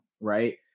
right